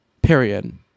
period